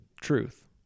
truth